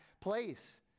place